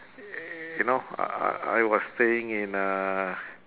you know I I I was staying in uh